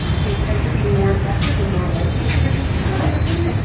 they tend to be more effective and more likely to reduce recidivism,